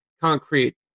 concrete